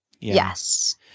Yes